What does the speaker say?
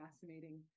fascinating